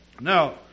Now